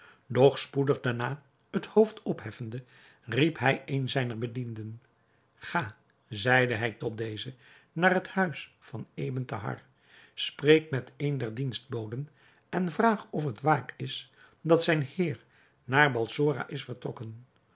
doch spoedig daarna het hoofd opheffende riep hij een zijner bedienden ga zeide hij tot dezen naar het huis van ebn thahar spreek met een der dienstboden en vraag of het waar is dat zijn heer naar balsora is vertrokken